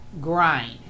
Grind